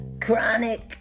chronic